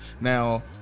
now